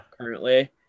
currently